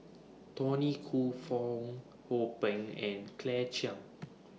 Tony Khoo Fong Hoe Beng and Claire Chiang